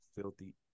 Filthy